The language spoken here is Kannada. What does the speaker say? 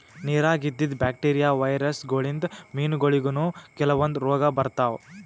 ನಿರಾಗ್ ಇದ್ದಿದ್ ಬ್ಯಾಕ್ಟೀರಿಯಾ, ವೈರಸ್ ಗೋಳಿನ್ದ್ ಮೀನಾಗೋಳಿಗನೂ ಕೆಲವಂದ್ ರೋಗ್ ಬರ್ತಾವ್